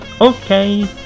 Okay